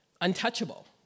untouchable